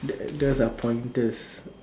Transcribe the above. th~ those are pointers